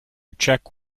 check